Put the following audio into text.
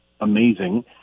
amazing